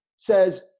Says